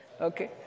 okay